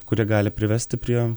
kurie gali privesti prie